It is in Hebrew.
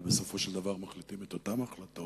ובסופו של דבר מחליטים את אותן החלטות.